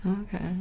Okay